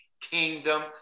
kingdom